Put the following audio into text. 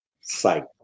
site